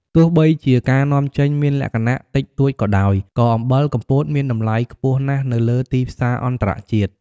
ទោះបីជាការនាំចេញមានលក្ខណៈតិចតួចក៏ដោយក៏អំបិលកំពតមានតម្លៃខ្ពស់ណាស់នៅលើទីផ្សារអន្តរជាតិ។